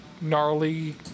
gnarly